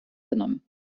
genommen